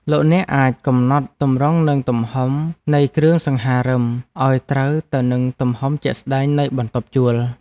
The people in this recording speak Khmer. លោកអ្នកអាចកំណត់ទម្រង់និងទំហំនៃគ្រឿងសង្ហារិមឱ្យត្រូវទៅនឹងទំហំជាក់ស្ដែងនៃបន្ទប់ជួល។